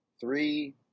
three